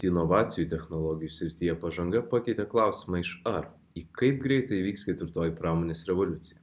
inovacijų technologijų srityje pažanga pakeitė klausimą iš ar į kaip greitai vyks ketvirtoji pramonės revoliucija